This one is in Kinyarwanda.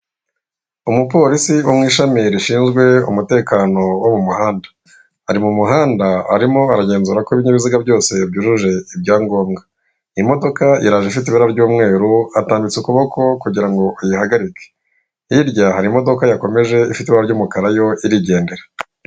Umupolisi wo mu ishami rishinzwe umutekano wo mu muhanda, bari mu muhanda barimo baragenzura ko ibinyabiziga byose byujuje ibyangangombwa, imodoka iraje ifite ibara ry'umweru batambitse ukuboko kugira ngo kuyihagarike, hirya hari imodoka yakomeje ifite ibara ry'umukara yo irigendera.